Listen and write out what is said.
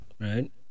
right